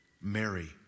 Mary